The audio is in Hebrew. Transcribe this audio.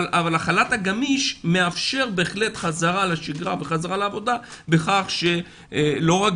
אבל החל"ת הגמיש מאפשר בהחלט חזרה לשגרה ולעבודה בכך שלא רק